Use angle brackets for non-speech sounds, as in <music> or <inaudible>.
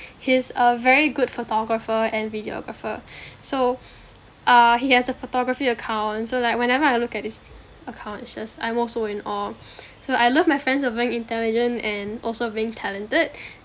he is a very good photographer and videographer <breath> so err he has a photography account so like whenever I look at his account it's just I'm also in awe so I love my friends for being intelligent and also being talented <breath>